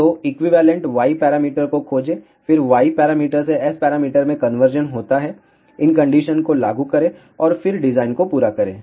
तो equivalent Y parameter को खोजें फिर Y पैरामीटर से S पैरामीटर में कन्वर्जन होता है इन कंडीशन को लागू करें और फिर डिज़ाइन को पूरा करें